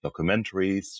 documentaries